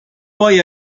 poi